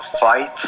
Fight